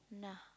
nah